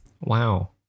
Wow